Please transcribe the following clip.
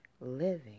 living